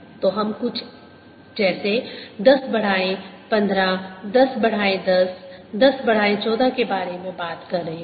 तो हम कुछ जैसे दस बढ़ाएँ पंद्रह दस बढ़ाएँ दस दस बढ़ाएँ चौदह के बारे में बात कर रहे हैं